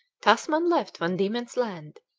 tasman left van diemen's land,